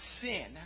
sin